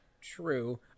true